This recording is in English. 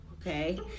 okay